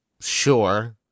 sure